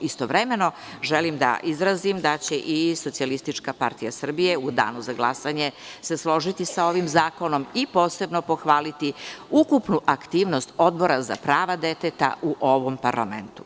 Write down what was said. Istovremeno, želim da izrazim da će i SPS u danu za glasanje se složiti sa ovim zakonom i posebno pohvaliti ukupnu aktivnost Odbora za prava deteta u ovom parlamentu.